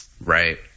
Right